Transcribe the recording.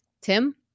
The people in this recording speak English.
tim